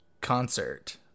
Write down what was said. concert